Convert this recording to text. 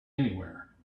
anywhere